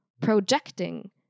projecting